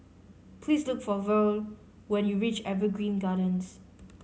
please look for Verle when you reach Evergreen Gardens